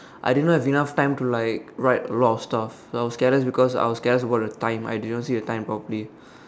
I did not have enough time to like write a lot of stuff so I was careless because I was careless about the time I did not see the time properly